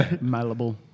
Malleable